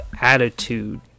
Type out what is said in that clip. attitude